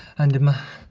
and ima.